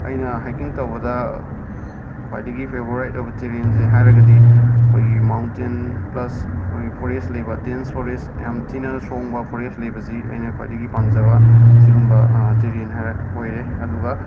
ꯑꯩꯅ ꯍꯥꯏꯀꯤꯡ ꯇꯧꯕꯗ ꯈ꯭ꯋꯥꯏꯗꯒꯤ ꯐꯦꯕꯣꯔꯥꯏꯠ ꯑꯣꯏꯕ ꯇꯦꯔꯦꯟꯁꯦ ꯍꯥꯏꯔꯒꯗꯤ ꯑꯩꯈꯣꯏꯒꯤ ꯃꯥꯎꯟꯇꯦꯟ ꯄ꯭ꯂꯁ ꯑꯩꯈꯣꯏꯒꯤ ꯐꯣꯔꯦꯁ ꯂꯩꯕ ꯗꯦꯟꯁ ꯐꯣꯔꯦꯁ ꯌꯥꯝ ꯊꯤꯅ ꯁꯣꯡꯕ ꯐꯣꯔꯦꯁ ꯂꯩꯕꯁꯤ ꯑꯩꯅ ꯈ꯭ꯋꯥꯏꯗꯒꯤ ꯄꯥꯝꯖꯕ ꯁꯤꯒꯨꯝꯕ ꯇꯦꯔꯦꯟ ꯍꯥꯏꯔ ꯑꯣꯏꯔꯦ ꯑꯗꯨꯒ